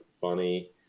funny